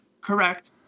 correct